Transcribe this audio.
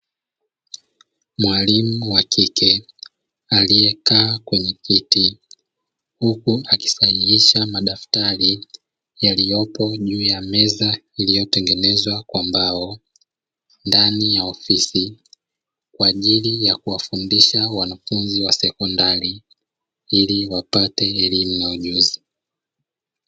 Mwalimu wa kike aleyekaa kwenye kiti huku akisahihisha madaftari yaliyopo juu ya meza iliyotengenezwa kwa mbao ndani ya ofisi kwajili ya kuwafundisha wanafunzi wa sekondari ili wapate elimu na ujuzi.